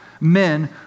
men